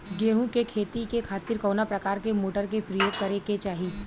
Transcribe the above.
गेहूँ के खेती के खातिर कवना प्रकार के मोटर के प्रयोग करे के चाही?